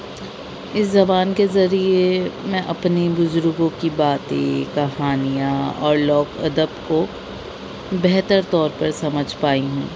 اس زبان کے ذریعے میں اپنے بزرگوں کی باتیں کہانیاں اور لوک ادب کو بہتر طور پر سمجھ پائی ہوں